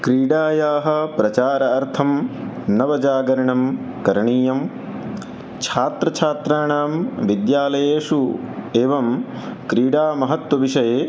क्रीडायाः प्रचारार्थं नवजागरणं करणीयं छात्रछात्राणां विद्यालयेषु एवं क्रीडा महत्वविषये